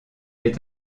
est